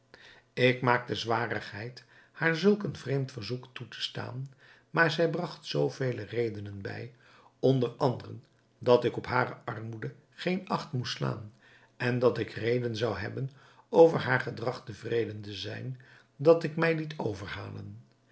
ik maakte zwarigheid haar zulk een vreemd verzoek toe te staan maar zij bragt zoo vele redenen bij onder anderen dat ik op hare armoede geen acht moest slaan en dat ik reden zou hebben over haar gedrag tevreden te zijn dat ik mij liet overhalen